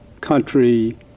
country